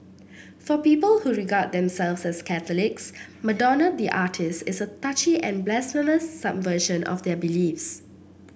for people who regard themselves as Catholics Madonna the artiste is a touchy and blasphemous subversion of their beliefs